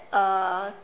uh